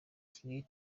kigali